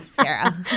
Sarah